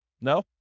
No